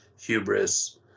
hubris